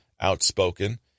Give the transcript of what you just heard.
outspoken